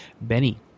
Benny